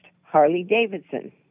Harley-Davidson